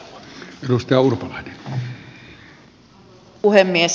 arvoisa puhemies